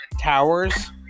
towers